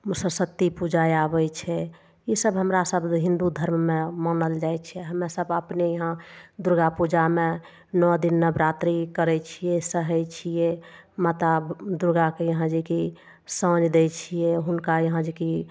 सरस्वती पूजा आबै छै ईसब हमरा सब हिन्दू धर्ममे मानल जाइ छै हमे सब अपने यहाँ दुर्गापूजामे नओ दिन नवरात्री करै छियै सहै छियै माता दुर्गाके यहाँ जे कि साँझ दै छियै हुनका यहाँ जे कि